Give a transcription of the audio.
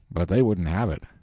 but they wouldn't have it.